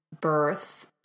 birth